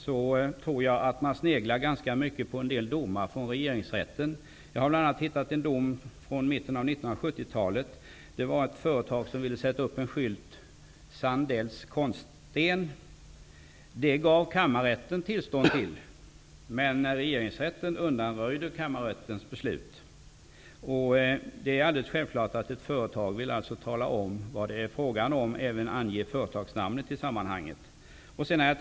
Jag tror att man sneglar ganska mycket på en del domar från Regeringsrätten. Jag har bl.a. hittat en dom från mitten av 70-talet. Ett företag ville sätta upp en skylt med texten Sandells konststen. Kammarrätten gav tillstånd, men Regeringsrätten undanröjde Kammarrättens beslut. Det är självklart att ett företag vill tala om vilken verksamhet det är fråga om och även ange företagsnamnet.